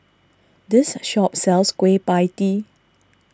this shop sells Kueh Pie Tee